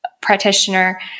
practitioner